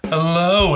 Hello